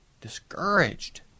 Discouraged